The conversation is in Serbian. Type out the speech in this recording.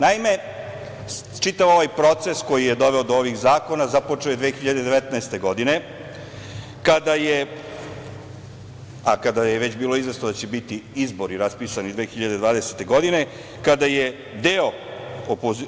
Naime, čitav ovaj proces koji doveo do ovih zakona započeo je 2019. godine, kada je već bilo izvesno da će biti izbori raspisani 2020. godine, kada je deo